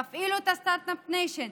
תפעילו את הסטרטאפ ניישן,